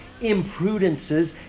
imprudences